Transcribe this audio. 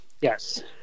yes